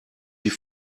die